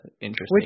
interesting